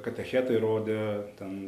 katechetai rodė ten